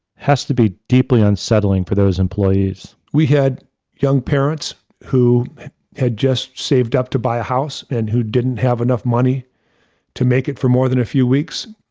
has to be deeply unsettling for those employees. we had young parents who had just saved up to buy a house, and who didn't have enough money to make it for more than a few weeks.